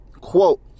Quote